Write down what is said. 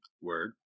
Word